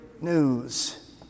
news